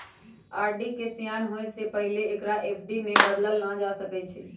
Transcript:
RD के सेयान होय से पहिले एकरा एफ.डी में न बदलल जा सकइ छै